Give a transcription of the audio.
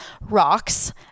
rocks